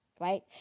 right